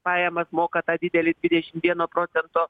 pajamas moka tą didelį dvidešim vieno procento